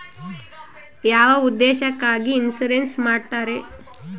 ಯಾವ ಉದ್ದೇಶಕ್ಕಾಗಿ ಇನ್ಸುರೆನ್ಸ್ ಮಾಡ್ತಾರೆ?